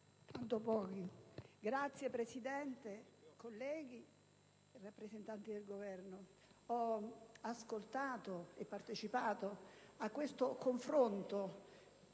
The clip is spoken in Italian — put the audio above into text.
Signor Presidente, colleghi, rappresentanti del Governo, ho ascoltato e partecipato a questo confronto